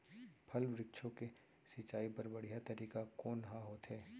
फल, वृक्षों के सिंचाई बर बढ़िया तरीका कोन ह होथे?